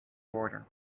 border